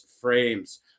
frames